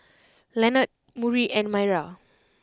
Lenord Murry and Maira